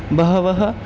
बहवः